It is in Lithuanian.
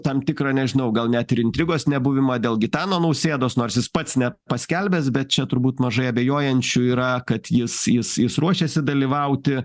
tam tikrą nežinau gal net ir intrigos nebuvimą dėl gitano nausėdos nors jis pats ne paskelbęs bet čia turbūt mažai abejojančių yra kad jis jis jis ruošiasi dalyvauti